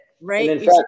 Right